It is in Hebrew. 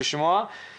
שלום לכולם ותודה על